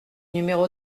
numéro